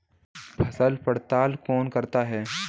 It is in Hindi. फसल पड़ताल कौन करता है?